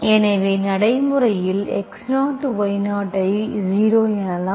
எனவே நடைமுறையில் x0y0 ஐ 0 எனலாம்